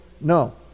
No